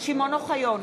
שמעון אוחיון,